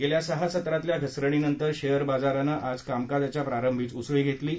गेल्या सहा सत्रातल्या घसरणीनंतर शेअर बाजारांनी आज कामकाजाच्या प्रारंभीच उसळी घेतली आहे